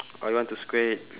or you want to square it